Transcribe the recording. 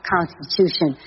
Constitution